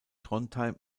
trondheim